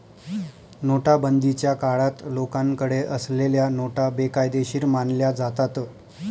नोटाबंदीच्या काळात लोकांकडे असलेल्या नोटा बेकायदेशीर मानल्या जातात